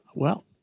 well,